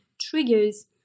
triggers